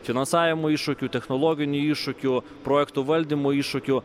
finansavimo iššūkių technologinių iššūkių projektų valdymo iššūkių